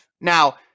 Now